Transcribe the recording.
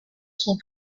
sont